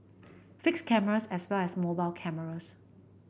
fixed cameras as well as mobile cameras